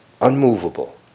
unmovable